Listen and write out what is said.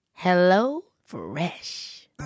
HelloFresh